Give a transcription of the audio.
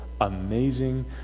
amazing